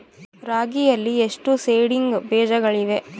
ರಾಗಿಯಲ್ಲಿ ಎಷ್ಟು ಸೇಡಿಂಗ್ ಬೇಜಗಳಿವೆ?